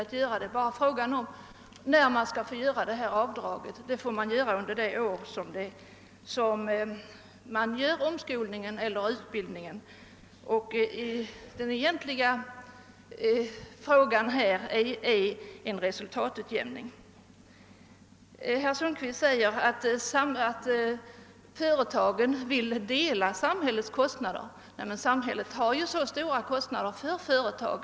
Det är bara fråga om när man skall få göra det avdrag det här gäller. Det får göras under det år man bedriver omskolning eller utbildning. Vad det här egentligen är fråga om är en resultatutjämning. Sedan sade herr Sundkvist att företagen vill vara med och dela samhällets kostnader för utbildning.